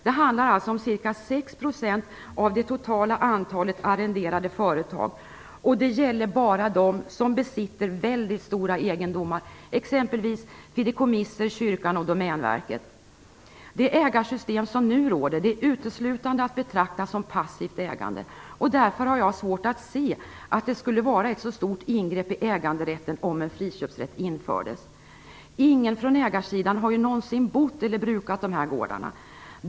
Det handlar alltså om ca 6 % av det totala antalet arrenderade företag, och det gäller bara dem som besitter väldigt stora egendomar, exempelvis fideikommisser, kyrkan och Domänverket. Det ägarsystem som nu råder är att betrakta uteslutande som ett passivt ägande. Därför har jag svårt att se att det skulle vara ett så stort ingrepp i äganderätten om en friköpsrätt infördes. Ingen från ägarsidan har ju någonsin bott på eller brukat de här gårdarna!